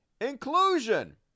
Inclusion